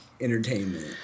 entertainment